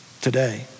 today